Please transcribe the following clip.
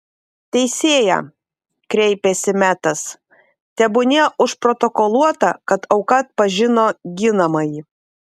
teisėja kreipėsi metas tebūnie užprotokoluota kad auka atpažino ginamąjį